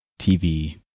TV